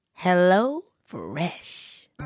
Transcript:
HelloFresh